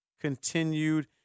continued